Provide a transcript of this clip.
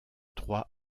trois